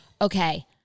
okay